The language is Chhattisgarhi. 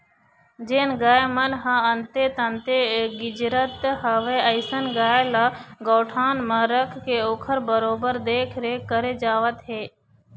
जेन गाय मन ह अंते तंते गिजरत हवय अइसन गाय ल गौठान म रखके ओखर बरोबर देखरेख करे जावत हे